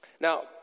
Now